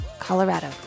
Colorado